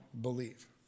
believe